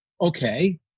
okay